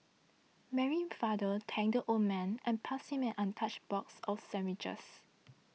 Mary's father thanked the old man and passed him an untouched box of sandwiches